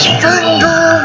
finger